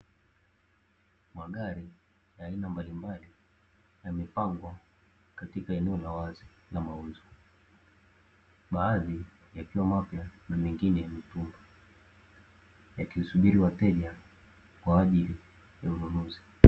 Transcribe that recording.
Magari ya aina mbalimbali yamepangwa katika eneo la wazi la mauzo. Baadhi yakiwa mapya na mengine ya mitumba, yakisubiria wateja kwaajili ya ununuzi.